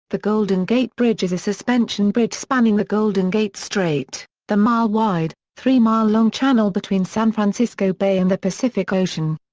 the golden gate bridge is a suspension bridge spanning the golden gate strait, the mile-wide, three-mile-long channel between san francisco bay and the pacific ocean.